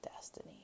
destiny